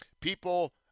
People